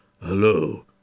Hello